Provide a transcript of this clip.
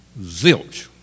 Zilch